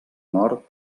nord